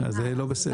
אז זה לא בסדר.